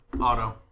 auto